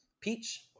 Peach